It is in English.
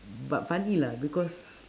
but funny lah because